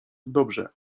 dobrze